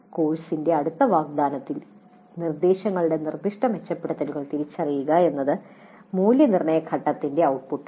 കോഴ്സിന്റെ അടുത്ത വാഗ്ദാനത്തിൽ നിർദ്ദേശങ്ങളുടെ നിർദ്ദിഷ്ട മെച്ചപ്പെടുത്തലുകൾ തിരിച്ചറിയുക എന്നതാണ് മൂല്യനിർണ്ണയ ഘട്ടത്തിന്റെ ഔട്ട്പുട്ട്